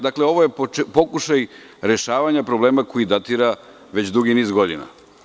Dakle, ovo je pokušaj rešavanja problema koji datira već dugi niz godina.